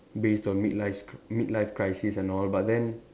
based on mid life s mid life crisis and all but then